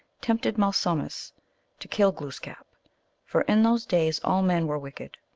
tempted malsumsis to kill glooskap for in those days all men were wicked.